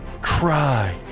cry